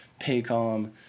Paycom